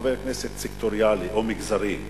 כחבר כנסת סקטוריאלי או מגזרי,